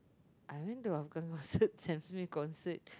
I went to Afghan concert Sam-Smith's concert